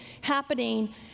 happening